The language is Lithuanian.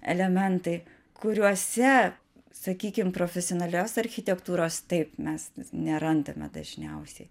elementai kuriuose sakykim profesionalios architektūros taip mes nerandame dažniausiai